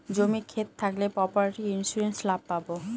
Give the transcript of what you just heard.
জমি ক্ষেত থাকলে প্রপার্টি ইন্সুরেন্স লাভ পাবো